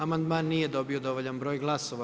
Amandman nije dobio dovoljan broj glasova.